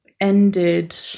ended